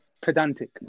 pedantic